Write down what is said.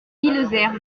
illhaeusern